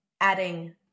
adding